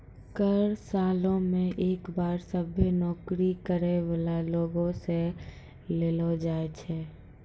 कर सालो मे एक बार सभ्भे नौकरी करै बाला लोगो से लेलो जाय छै